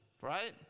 right